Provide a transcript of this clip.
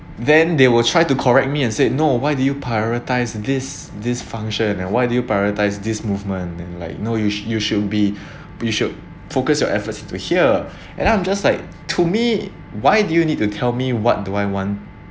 then they will try to correct me and said no why do you prioritise this this function and why do you prioritise this movement and like no you you should be you should focus your efforts into here and I'm just like to me why do you need to tell me what do I want